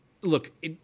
look